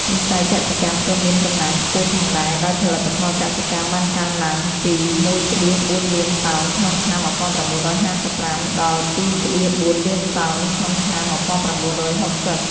វិស័យកសិកម្មក៏មានកំណើនខ្ពស់ផងដែរ ដោយផលិតផលកសិកម្មបានកើនឡើងពី ១,៤ លានតោនក្នុងឆ្នាំ១៩៥៥ ដល់ ២,៤ លានតោនក្នុងឆ្នាំ១៩៦០។